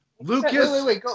Lucas